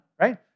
right